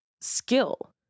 skill